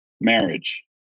marriage